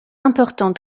important